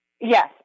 yes